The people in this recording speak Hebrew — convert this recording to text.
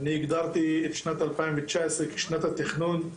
אני הגדרתי את שנת 2019 כשנת התכנון,